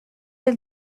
are